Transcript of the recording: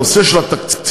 הנושא של התקציב,